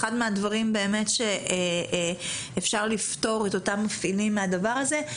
אחד מהדברים שבאמת אפשר לפטור את אותם מפעילים מהדבר הזה.